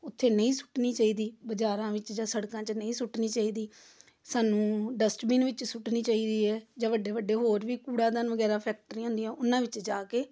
ਉੱਥੇ ਨਹੀਂ ਸੁੱਟਣੀ ਚਾਹੀਦੀ ਬਾਜ਼ਾਰਾਂ ਵਿੱਚ ਜਾਂ ਸੜਕਾਂ 'ਚ ਨਹੀਂ ਸੁੱਟਣੀ ਚਾਹੀਦੀ ਸਾਨੂੰ ਡਸਟਬੀਨ ਵਿੱਚ ਸੁੱਟਣੀ ਚਾਹੀਦੀ ਐ ਜਾਂ ਵੱਡੇ ਵੱਡੇ ਹੋਰ ਵੀ ਕੂੜਾਦਾਨ ਵਗੈਰਾ ਫੈਕਟਰੀਆਂ ਹੁੰਦੀਆਂ ਉਹਨਾਂ ਵਿੱਚ ਜਾ ਕੇ